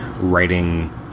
writing